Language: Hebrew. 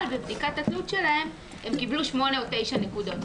אבל בבדיקת התלות שלהם הם קיבלו 8 9 נקודות.